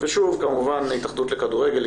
ושוב כמובן ההתאחדות לכדורגל,